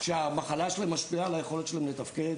שהמחלה שלהם משפיעה על היכולת שלהם לתפקד.